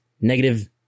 negative